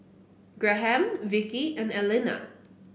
Graham Vickey and Elena